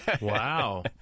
Wow